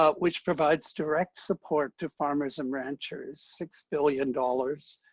ah which provides direct support to farmers and ranchers. six billion dollars.